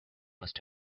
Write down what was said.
must